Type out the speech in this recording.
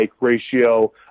ratio